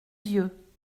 vieux